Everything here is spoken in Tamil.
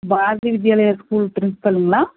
பாரதி வித்யாலயா ஸ்கூல் ப்ரின்ஸ்பலுங்களா